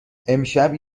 امشب